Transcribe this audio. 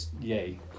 yay